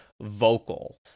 vocal